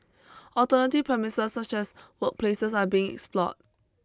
alternative premises such as workplaces are being explored